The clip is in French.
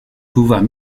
pouvoirs